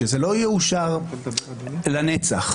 שהן לא יאושרו לנצח.